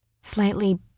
slightly